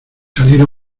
salir